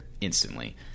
instantly